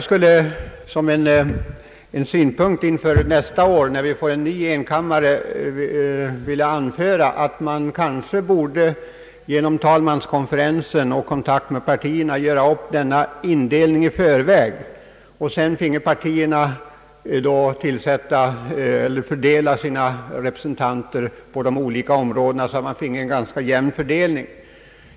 Som en synpunkt inför nästa års enkammarriksdag vill jag anföra att man kanske genom talmanskonferensen och kontakt med partierna borde göra upp denna indelning i förväg och därefter låta partierna fördela sina representanter på de olika områdena. På det viset skulle man få en ganska jämn fördelning.